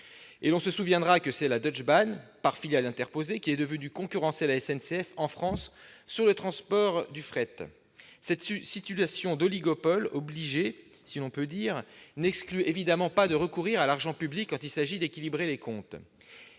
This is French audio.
et l'on se souviendra que c'est la Deutsche Bahn qui est venue concurrencer, par filiale interposée, la SNCF en France pour le transport du fret. Cette situation d'oligopole obligé, si l'on peut dire, n'exclut évidemment pas de recourir à l'argent public quand il s'agit d'équilibrer les comptes.